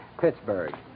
Pittsburgh